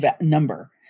number